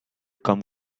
come